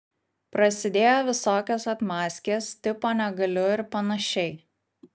prasidėjo visokios atmazkės tipo negaliu ir panašiai